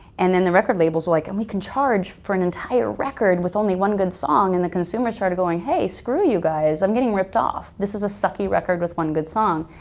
and then the record labels were like and we can charge for an entire record with only one good song and the consumer started going, hey, screw you guys. i'm getting ripped off. this is a sucky record with one good song.